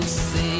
see